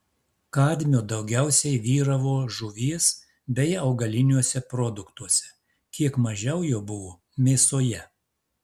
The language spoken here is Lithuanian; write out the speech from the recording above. kadmio daugiausiai vyravo žuvies bei augaliniuose produktuose kiek mažiau jo buvo mėsoje